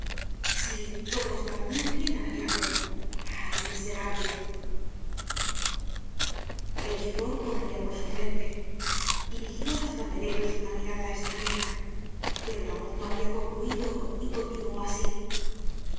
sí todo está muy bien arreglado ah miserable el sudor corria por su frente dirigió á los candeleros una mirada estraviada pero la voz no habia concluido y continuó asi